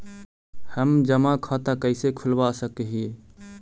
हम जमा खाता कैसे खुलवा सक ही?